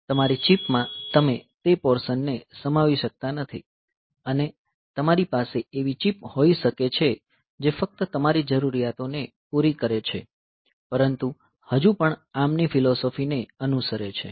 તમારી ચિપ માં તમે તે પોર્શન ને સમાવી શકતા નથી અને તમારી પાસે એવી ચિપ હોઈ શકે છે જે ફક્ત તમારી જરૂરિયાતોને પૂરી કરે છે પરંતુ હજુ પણ ARM ની ફિલોસોફી ને અનુસરે છે